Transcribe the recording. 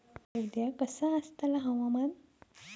उद्या कसा आसतला हवामान?